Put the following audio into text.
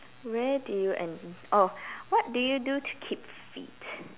where do you end oh what do you do to keep fit